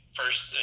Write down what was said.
first